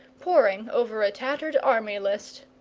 poring over a tattered army list.